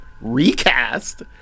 recast